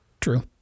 True